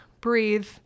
breathe